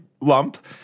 lump